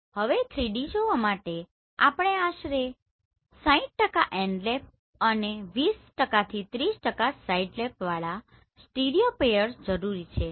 હવે 3D જોવા માટે આશરે 60 એન્ડલેપ અને 20 થી 30 સાઇડલેપ વાળા સ્ટીરિયોપેયર્સ જરૂરી છે